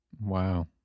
wow